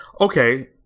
Okay